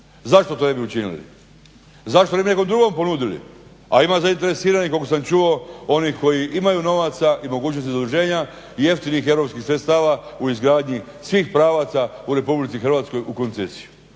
Zašto to ne bi učinili, zašto bi nekom drugom ponudili, a ima zainteresiranih koliko sam čuo onih koji imaju novaca i mogućnosti zaduženja jeftinih europskih sredstava u izgradnji svih pravaca u Republici Hrvatskoj u koncesiju.